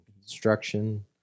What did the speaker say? construction